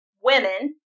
women